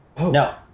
No